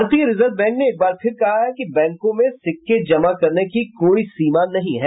भारतीय reserve bank ने एकबार फिर कहा है कि बैंकों में सिक्के जमा करने की कोई सीमा नहीं है